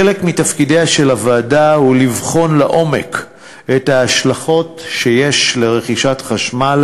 חלק מתפקידיה של הוועדה הם לבחון לעומק את ההשלכות שיש לרכישת חשמל